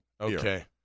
Okay